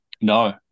No